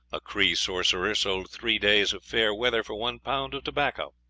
a cree sorcerer sold three days of fair weather for one pound of tobacco!